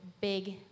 big